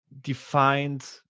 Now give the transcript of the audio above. defined